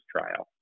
trial